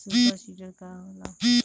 Super seeder का होला?